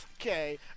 Okay